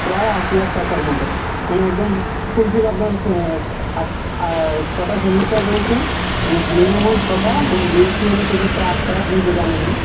প্রায় আট লাখ টাকার মতো মানে একদম ফুলফিল আপনার ছটা সেমেস্টার রয়েছে যদি জি এন এম হয় ছটা এবং বি এস সি হলে সেক্ষেত্রে আটটা আপনি তো জানেনই